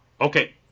Okay